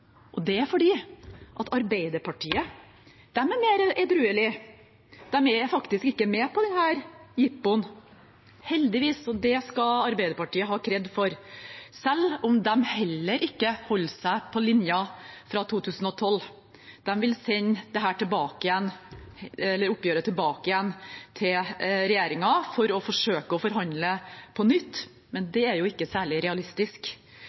Det er fordi Arbeiderpartiet er mer edruelig. De er faktisk ikke med på dette jippoet, heldigvis, og det skal Arbeiderpartiet ha kred for, selv om de heller ikke holder seg på linjen fra 2012. De vil sende oppgjøret tilbake igjen til regjeringen for å forsøke å forhandle på nytt, men det er ikke særlig realistisk.